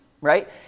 right